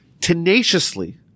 tenaciously